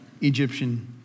Egyptian